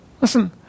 Listen